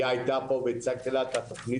היא הייתה פה והצגתי לה את התכנית